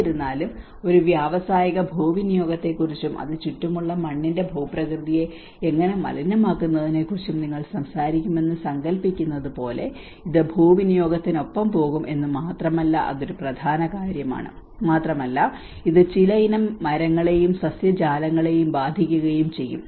എന്നിരുന്നാലും ഒരു വ്യാവസായിക ഭൂവിനിയോഗത്തെക്കുറിച്ചും അത് ചുറ്റുമുള്ള മണ്ണിന്റെ പ്രകൃതിയെ എങ്ങനെ മലിനമാക്കുമെന്നതിനെക്കുറിച്ചും നിങ്ങൾ സംസാരിക്കുമെന്ന് സങ്കൽപ്പിക്കുന്നത് പോലെ ഇത് ഭൂവിനിയോഗത്തിനൊപ്പം പോകും എന്ന് മാത്രമല്ല അത് ഒരു പ്രധാന കാര്യമാണ് മാത്രമല്ല ഇത് ചില ഇനം മരങ്ങളെയും സസ്യജാലങ്ങളെയും ബാധിക്കുകയും ചെയ്യും